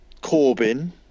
Corbin